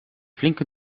flinke